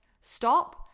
stop